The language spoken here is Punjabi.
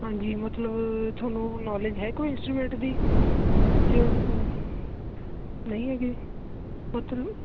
ਹਾਂਜੀ ਮਤਲਬ ਤੁਹਾਨੂੰ ਨੌਲੇਜ ਹੈ ਕੋਈ ਇੰਸਟਰੂਮੈਂਟ ਦੀ ਮਤਲਬ ਨਹੀਂ ਹੈਗੀ